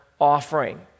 offering